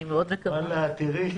את תראי